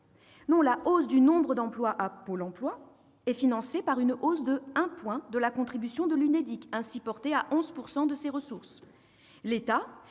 La hausse du nombre d'emplois à Pôle emploi est financée par une augmentation de 1 point de la contribution de l'Unédic, ainsi portée à 11 % de ses ressources.